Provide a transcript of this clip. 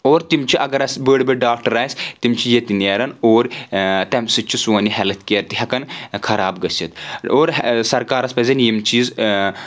اور تِم چھِ اگر اسہِ بٔڑی بٔڑۍ ڈاکٹر آسہِ تِم چھِ ییٚتہِ نَیرَان اور تَمہِ سۭتۍ چھُ سون ہِیٚلٕتھ کِیَر تہِ ہؠکَان خراب گٔژھِتھ اور سرکارس پزن یِم چیٖز